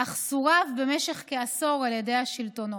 אך סורב במשך כעשור על ידי השלטונות.